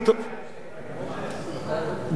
גם אתה יכול להצביע כשיש לך משפחה,